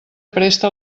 presta